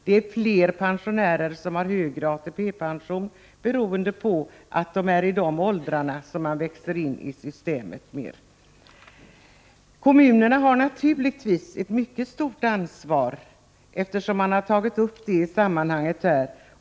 Det är fler pensionärer som har högre ATP-pension beroende på att nutidens pensionärer har hunnit växa in i systemet. Kommunerna har naturligtvis ett mycket stort ansvar, vilket också har tagits upp här.